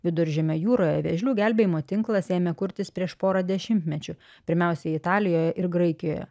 viduržemio jūroje vėžlių gelbėjimo tinklas ėmė kurtis prieš porą dešimtmečių pirmiausiai italijoje ir graikijoje